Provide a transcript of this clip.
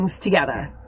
Together